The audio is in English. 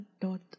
dot